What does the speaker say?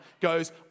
goes